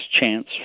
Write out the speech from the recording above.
chance